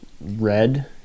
Red